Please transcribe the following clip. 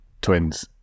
twins